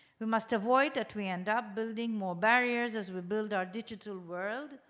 we must avoid that we end up building more barriers as we build our digital world,